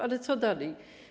Ale co dalej?